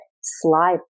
slide